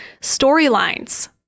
Storylines